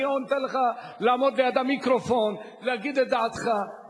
אני נותן לך לעמוד ליד המיקרופון להגיד את דעתך,